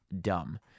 dumb